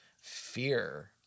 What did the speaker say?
fear